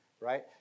right